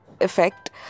effect